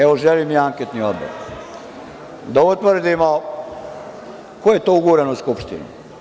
Evo, želim i anketni odbor, da utvrdimo ko je to uguran u Skupštinu.